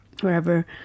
wherever